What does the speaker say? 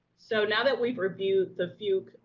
so now that we've reviewed the few, ah,